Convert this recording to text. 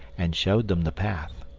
and showed them the path.